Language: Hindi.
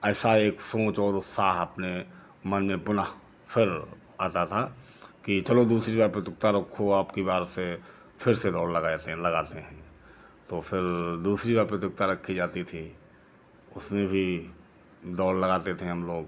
ऐसा एक साेच और उत्साह अपने मन में पुनः फिर आता था कि चलो दूसरी बार प्रतियोगिता रखो अबकी बार से फिर से दौड़ लगासे हैं लगाते हैं तो फिर दूसरी बार प्रतियोगिता रखी जाती थी उसमें भी दौड़ लगाते थे हम लोग